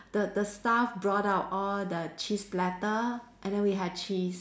the the staff brought out all the cheese platter and then we had cheese